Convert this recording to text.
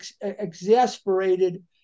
exasperated